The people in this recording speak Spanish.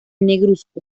negruzco